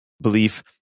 belief